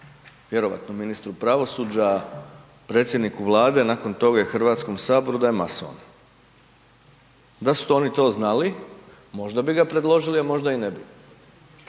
vjerojatno ministru pravosuđa, predsjedniku Vlade i nakon toga i Hrvatskom saboru da je mason. Da su oni to znali možda bi ga predložili, a možda i ne bi.